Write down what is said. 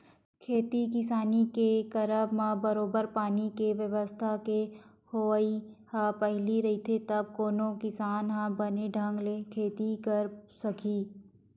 खेती किसानी के करब म बरोबर पानी के बेवस्था के होवई ह पहिली रहिथे तब कोनो किसान ह बने ढंग ले खेती करे सकही